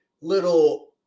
little